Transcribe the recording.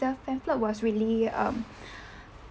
the pamphlet was really um